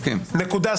נקודה,